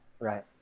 Right